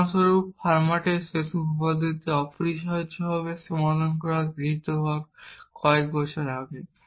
উদাহরণস্বরূপ ফার্মাটের শেষ উপপাদ্যটি অপরিহার্যভাবে সমাধান করা হিসাবে গৃহীত হওয়ার কয়েকশ বছর আগে